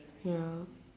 ya